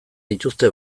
dituzte